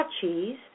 cheese